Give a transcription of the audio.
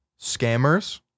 scammers